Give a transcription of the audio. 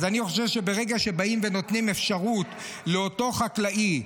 אז אני חושב שברגע שבאים ונותנים אפשרות לאותו חקלאי,